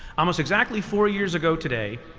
almost exactly four years ago today,